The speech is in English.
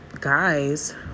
guys